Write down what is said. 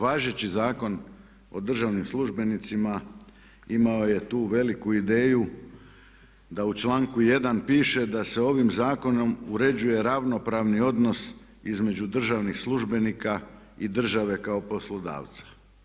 Važeći zakon o državnim službenicima imao je tu veliku ideju da u članku 1. piše da se ovim zakonom uređuje ravnopravni odnos između državnih službenika i države kao poslodavca.